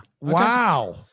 Wow